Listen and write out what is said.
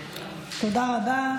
תודה רבה.